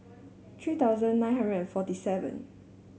three thousand nine hundred and forty seven